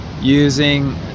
using